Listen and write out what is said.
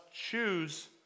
choose